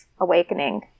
awakening